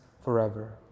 forever